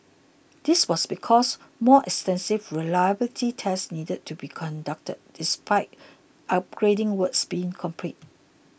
this was because more extensive reliability tests needed to be conducted despite upgrading works being complete